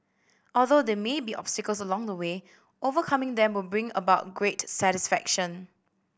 although there may be obstacles along the way overcoming them will bring about great satisfaction